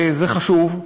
זה חשוב,